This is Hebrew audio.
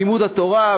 לימוד התורה,